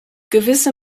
gewisse